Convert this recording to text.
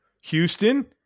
Houston